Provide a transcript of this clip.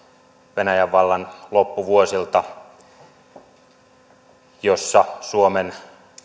venäjän vallan loppuvuosilta jolloin suomen